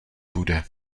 bude